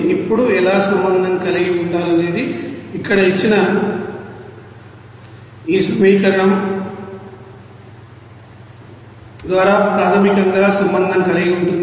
ఇప్పుడు ఎలా సంబంధం కలిగి ఉండాలనేది ఇక్కడ ఇచ్చిన ఈ సమీకరణం ద్వారా ప్రాథమికంగా సంబంధం కలిగి ఉంటుంది